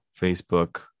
facebook